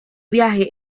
viaje